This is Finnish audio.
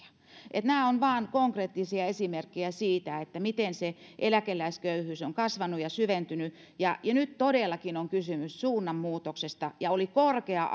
nämä ovat vain konkreettisia esimerkkejä siitä miten se eläkeläisköyhyys on kasvanut ja syventynyt ja ja nyt todellakin on kysymys suunnanmuutoksesta ja oli korkea